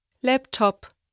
Laptop